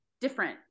different